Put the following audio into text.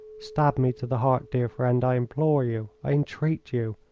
stab me to the heart, dear friend! i implore you, i entreat you,